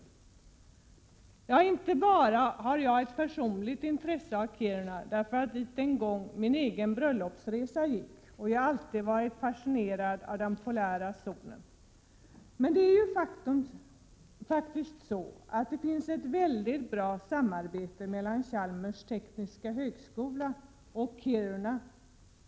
Det är inte bara så att jag själv har ett personligt intresse av Kiruna, därför att min egen bröllopsresa en gång gällde den staden. Jag har alltid varit fascinerad av den polära solen. Det är faktiskt så att det på rymdområdet finns ett mycket bra samarbete mellan Chalmers tekniska högskola och Kiruna.